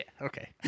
Okay